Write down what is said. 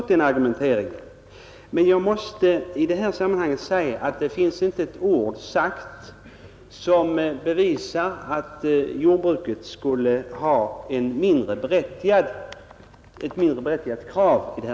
Den argumenteringen skulle jag ha förstått. Men det har inte sagts ett ord som bevisar att jordbrukets krav skulle vara mindre berättigade.